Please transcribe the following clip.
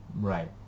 Right